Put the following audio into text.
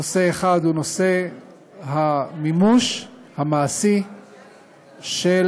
נושא אחד הוא נושא המימוש המעשי של